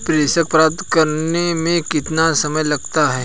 प्रेषण प्राप्त करने में कितना समय लगता है?